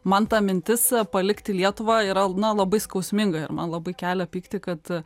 man ta mintis palikti lietuvą yra na labai skausminga ir man labai kelia pyktį kad